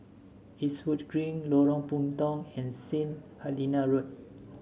Eastwood Green Lorong Puntong and Saint Helena Road